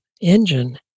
engine